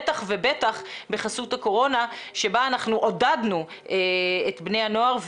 בטח ובטח בחסות הקורונה שבה אנחנו עודדנו את בני הנוער,